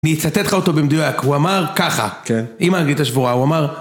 אני אצטט לך אותו במדוייק, הוא אמר ככה, עם האנגלית השבורה הוא אמר